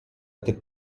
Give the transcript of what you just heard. tik